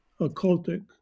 occultic